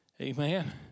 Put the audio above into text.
Amen